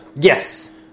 Yes